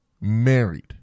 married